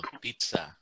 pizza